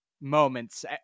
moments